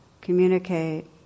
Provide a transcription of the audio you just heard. communicate